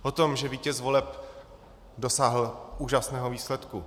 O tom, že vítěz voleb dosáhl úžasného výsledku.